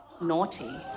naughty